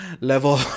level